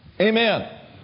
Amen